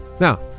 Now